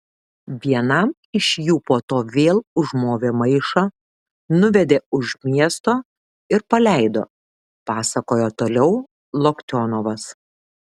vienam iš jų po to vėl užmovė maišą nuvedė už miesto ir paleido pasakojo toliau loktionovas